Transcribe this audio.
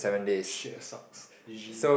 shit that sucks G_G